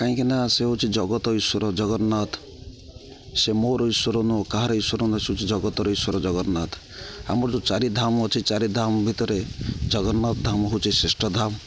କାହିଁକିନା ସେ ହେଉଛି ଜଗତ ଈଶ୍ୱର ଜଗନ୍ନାଥ ସେ ମୋର ଈଶ୍ୱର ନ କାହାର ଈଶ୍ୱର ନ ସେ ହେଉଛି ଜଗତର ଈଶ୍ଵର ଜଗନ୍ନାଥ ଆମର ଯେଉଁ ଚାରିଧାମ ଅଛି ଚାରିଧାମ ଭିତରେ ଜଗନ୍ନାଥ ଧାମ ହେଉଛି ଶ୍ରେଷ୍ଠ ଧାମ